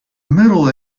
middle